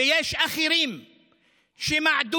ויש אחרים שמעדו,